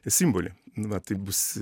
simbolį nu va tai bus